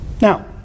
Now